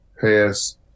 pass